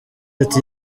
ati